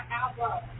album